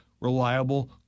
reliable